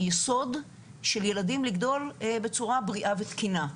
יסוד של ילדים לגדול בצורה בריאה ותקינה.